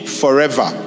forever